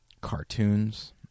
cartoons